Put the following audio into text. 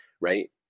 right